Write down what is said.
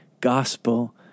gospel